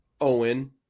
Owen